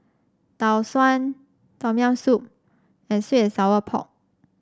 Tau Suan Tom Yam Soup and sweet and Sour Pork